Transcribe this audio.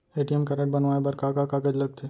ATM card बनवाये बर का का कागज लगथे?